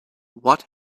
what